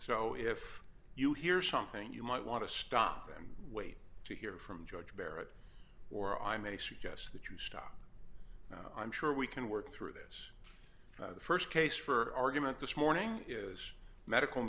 so if you hear something you might want to stop them wait to hear from george barrett or i may suggest that you stop now i'm sure we can work through this the st case for argument this morning is medical